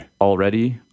already